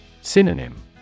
Synonym